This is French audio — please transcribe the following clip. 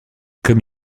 comme